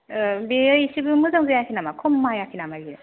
बेयो एसेबो मोजां जायाखै नामा खमायाखै नामा इयो